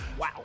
Wow